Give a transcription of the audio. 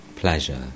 pleasure